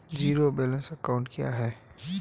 Zero balance account क्या है?